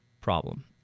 problem